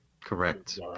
Correct